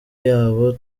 yabo